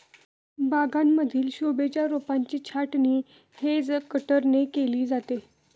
बागांमधील शोभेच्या रोपांची छाटणी हेज कटरने केली जाते